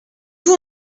vous